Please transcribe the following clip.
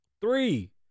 Three